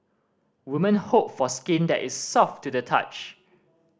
women hope for skin that is soft to the touch